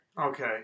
Okay